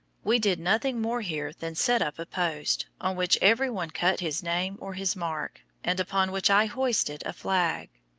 we did nothing more here than set up a post, on which every one cut his name or his mark, and upon which i hoisted a flag.